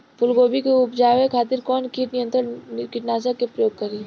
फुलगोबि के उपजावे खातिर कौन कीट नियंत्री कीटनाशक के प्रयोग करी?